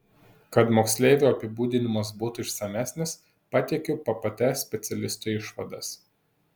kad moksleivio apibūdinimas būtų išsamesnis pateikiu ppt specialistų išvadas